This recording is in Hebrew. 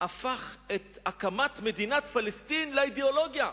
את הקמת מדינת פלסטין לאידיאולוגיה.